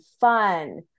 fun